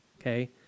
okay